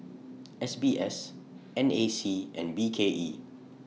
S B S N A C and B K E